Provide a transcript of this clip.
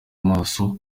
amaso